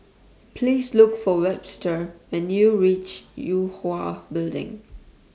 Please Look For Webster when YOU REACH Yue Hwa Building